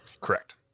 Correct